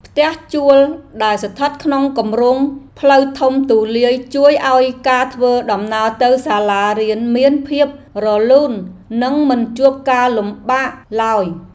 ផ្ទះជួលដែលស្ថិតក្នុងគំរោងផ្លូវធំទូលាយជួយឱ្យការធ្វើដំណើរទៅសាលារៀនមានភាពរលូននិងមិនជួបការលំបាកឡើយ។